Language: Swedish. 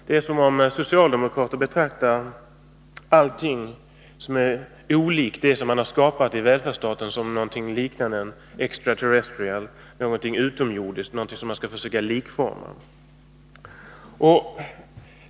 Det är som om socialdemokrater betraktar allting som är olikt det man har skapat i välfärdsstaten som någonting liknande en extra terrestrial, någonting utomjordiskt, någonting som man skall försöka likforma.